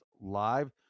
Live